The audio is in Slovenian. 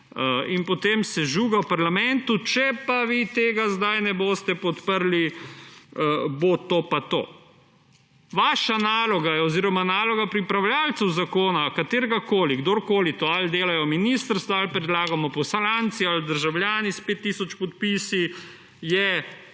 in potem se žuga v parlamentu, če pa vi tega zdaj ne boste podprli, bo to pa to. Vaša naloga oziroma naloga pripravljavcev zakona, kateregakoli, kdorkoli to dela: ali delajo ministrstva, ali predlagamo poslanci, ali državljani s 5 tisoč podpisi, je